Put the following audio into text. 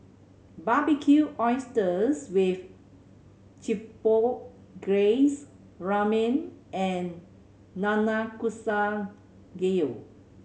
Barbecued Oysters with Chipotle Glaze Ramen and Nanakusa Gayu